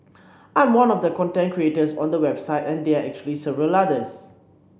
I'm one of the content creators on the website and there are actually several others